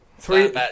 Three